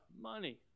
money